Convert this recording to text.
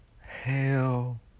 Hell